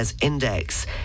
index